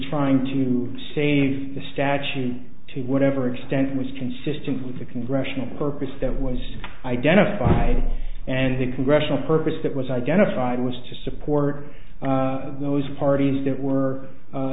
trying to save the statue to whatever extent was consistent with the congressional purpose that was identified and the congressional purpose that was identified was to support those parties that were